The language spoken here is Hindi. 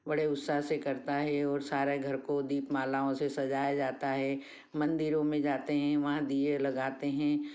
बड़े उत्साह से करता है और सारे घर को दीपमालाओं से सजाया जाता है मंदिरों में जाते हैं वहाँ दीये लगाते हैं